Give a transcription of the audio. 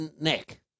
neck